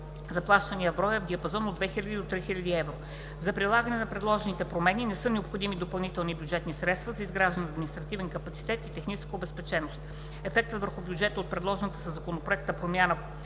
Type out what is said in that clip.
за плащанията в брой е в диапазон от 2000 до 3000 евро. За прилагане на предложените промени не са необходими допълнителни бюджетни средства за изграждане на административен капацитет и техническа обезпеченост. Ефектът върху бюджета от предложената със Законопроекта промяна